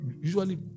usually